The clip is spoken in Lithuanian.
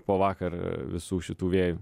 po vakar visų šitų vėjų